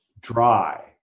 dry